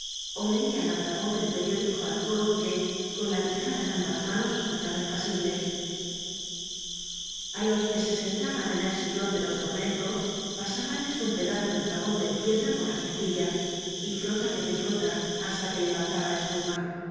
ó leía en alta voz el periódico al corro que con la quijada en ambas manos escuchaba impasible a los que se sentaban en el sillón de los tormentos pasábanles un pedazo de jabón de piedra por las mejillas y frota que te frota hasta que levantaba espuma